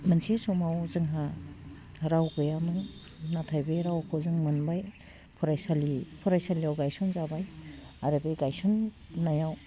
मोनसे समाव जोंहा राव गैयामोन नाथाइ बे रावखौ जों मोनबाय फरायसालि फरायसालियाव गायसन जाबाय आरो बे गायसननायाव